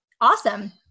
awesome